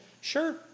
sure